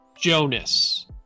Jonas